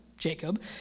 Jacob